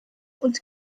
und